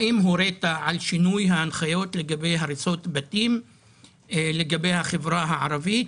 האם הורית על שינוי ההנחיות לגבי הריסות בתים לגבי החברה הערבית?